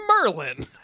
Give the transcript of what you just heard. Merlin